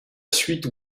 suite